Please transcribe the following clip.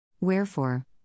Wherefore